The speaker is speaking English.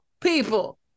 people